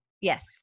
Yes